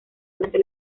durante